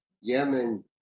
Yemen